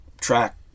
track